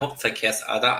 hauptverkehrsader